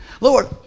Lord